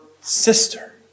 sister